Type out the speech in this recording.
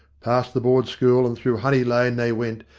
past the board school and through honey lane they went,